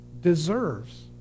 deserves